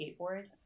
skateboards